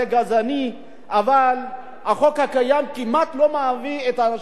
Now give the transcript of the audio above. אבל החוק הקיים כמעט לא מביא את האנשים האלה לדין.